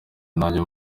nanjye